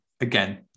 again